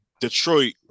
Detroit